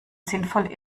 sinnvoll